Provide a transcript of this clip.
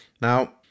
Now